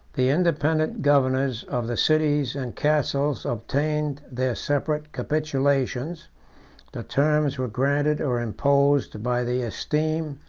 the independent governors of the cities and castles obtained their separate capitulations the terms were granted or imposed by the esteem,